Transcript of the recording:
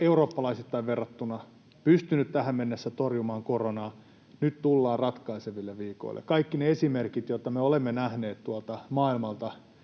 eurooppalaisittain verrattuna, pystynyt tähän mennessä torjumaan koronaa. Nyt tullaan ratkaiseville viikoille. Kaikki ne esimerkit, joita me olemme nähneet tuolta maailmalta